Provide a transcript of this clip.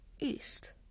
East